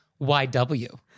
YW